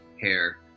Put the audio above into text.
hair